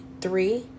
three